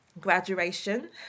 graduation